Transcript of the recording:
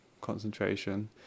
concentration